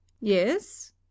Yes